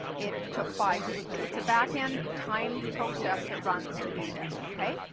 it took five days. it's a backend timed process that runs to do this. okay.